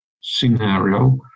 scenario